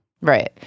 Right